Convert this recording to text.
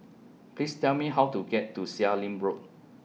Please Tell Me How to get to Seah Im Road